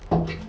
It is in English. oh